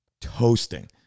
toasting